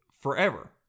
forever